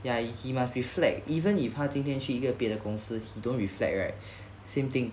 ya he he must reflect even if 他今天去一个别的公司 he don't reflect right same thing